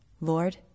Lord